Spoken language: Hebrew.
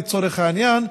לצורך העניין,